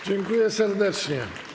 Dziękuję serdecznie.